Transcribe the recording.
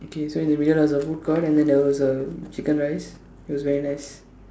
okay so in the middle of the food court and then there was a chicken rice it was very nice